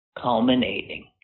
culminating